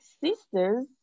sisters